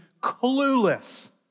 clueless